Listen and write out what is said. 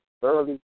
thoroughly